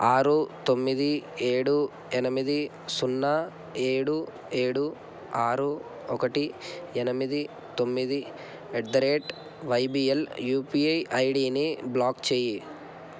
ఆరు తొమ్మిది ఏడు ఎనిమిది సున్నా ఏడు ఏడు ఆరు ఒకటి ఎనిమిది తొమ్మిది at the rate YBL UPI ఐడిని బ్లాక్ చేయి